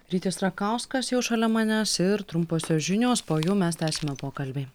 rytis rakauskas jau šalia manęs ir trumposios žinios po jų mes tęsime pokalbį